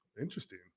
Interesting